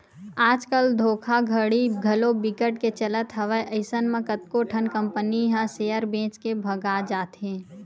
आज कल धोखाघड़ी घलो बिकट के चलत हवय अइसन म कतको ठन कंपनी ह सेयर बेच के भगा जाथे